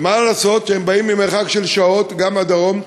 ומה לעשות שהם באים ממרחק של שעות גם בדרום?